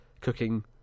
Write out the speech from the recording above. cooking